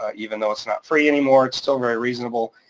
ah even though it's not free anymore, it's still very reasonable,